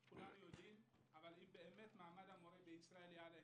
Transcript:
כי אם באמת מעמד המורה יעלה,